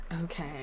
Okay